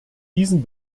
diesen